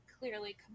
clearly